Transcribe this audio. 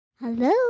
Hello